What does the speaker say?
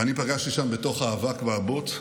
ואני פגשתי שם בתוך האבק והבוץ,